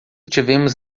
tivemos